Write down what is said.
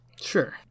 Sure